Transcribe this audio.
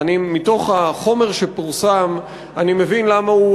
ומתוך החומר שפורסם אני מבין למה הוא